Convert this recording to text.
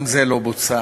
גם זה לא בוצע.